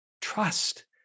trust